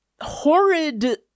horrid